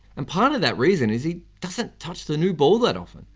and part of that reason is he doesn't touch the new ball that often.